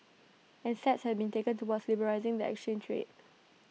and steps have been taken towards liberalising the exchange rate